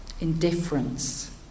indifference